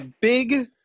big